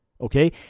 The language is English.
Okay